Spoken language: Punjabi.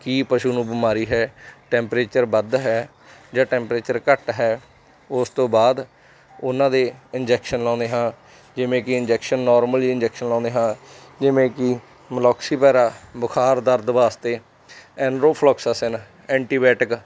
ਕੀ ਪਸ਼ੂ ਨੂੰ ਬਿਮਾਰੀ ਹੈ ਟੈਂਪਰੇਚਰ ਵੱਧ ਹੈ ਜਾਂ ਟੈਂਪਰੇਚਰ ਘੱਟ ਹੈ ਉਸ ਤੋਂ ਬਾਅਦ ਉਹਨਾਂ ਦੇ ਇੰਜੈਕਸ਼ਨ ਲਗਾਉਂਦੇ ਹਾਂ ਜਿਵੇਂ ਕਿ ਇੰਜੈਕਸ਼ਨ ਨੋਰਮਲ ਇੰਜੈਕਸ਼ਨ ਲਗਾਉਂਦੇ ਹਾਂ ਜਿਵੇਂ ਕਿ ਮਲੋਕਸੀਵੈਰਾ ਬੁਖਾਰ ਦਰਦ ਵਾਸਤੇ ਐਨਰੋਫਲੋਕਸਾਸਿਨ ਐਂਟੀਬੈਟਿਕ